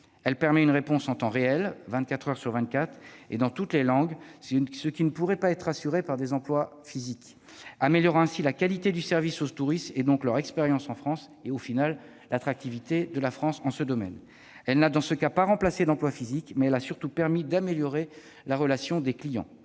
Elle permet une réponse en temps réel, 24 heures sur 24 et dans toutes les langues, qui ne pourrait pas être assurée par des emplois physiques, améliorant ainsi la qualité du service aux touristes, leur expérience en France et, finalement, l'attractivité de la France en ce domaine. Elle n'a, dans ce cas, pas remplacé d'emplois physiques ; elle a surtout permis d'améliorer la relation clients.